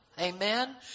Amen